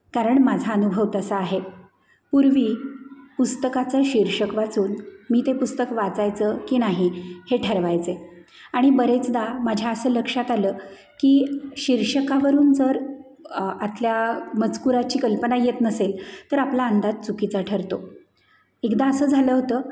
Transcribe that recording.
कारण माझा अनुभव तसा आहे पूर्वी पुस्तकाचं शीर्षक वाचून मी ते पुस्तक वाचायचं की नाही हे ठरवायचे आणि बरेचदा माझ्या असं लक्षात आलं की शीर्षकावरून जर आतल्या मजकुराची कल्पना येत नसेल तर आपला अंदाज चुकीचा ठरतो एकदा असं झालं होतं